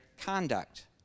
conduct